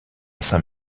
saint